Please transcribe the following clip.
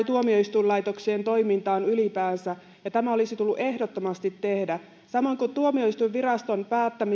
tuomioistuinlaitoksien toimintaan ylipäänsä ja tämä olisi tullut ehdottomasti tehdä samoin tuomioistuinviraston